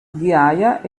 ghiaia